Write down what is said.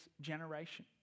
generation